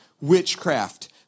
witchcraft